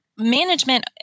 Management